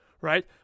right